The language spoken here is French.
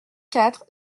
quatre